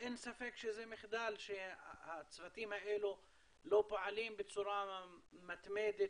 אין ספק שזה מחדל שהצוותים האלה לא פועלים בצורה מתמדת